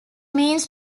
means